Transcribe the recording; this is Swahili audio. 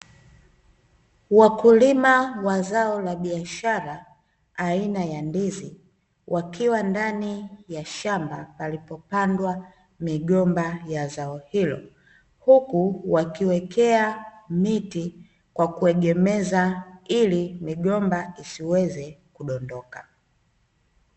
Wakulima wa zao la biashara aina ya ndizi, wakiwa ndani ya shamba palipopandwa migomba ya zao hilo, huku wakiwekea miti kwa kuegemeza ili migomba isiweze kudondoka.